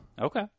Okay